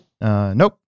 Nope